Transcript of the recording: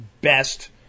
best